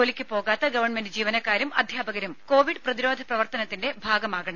ജോലിക്കു പോകാത്ത ഗവൺമെന്റ് ജീവനക്കാരും അധ്യാപകരും കോവിഡ് പ്രതിരോധ പ്രവർത്തനത്തിന്റെ ഭാഗമാകണം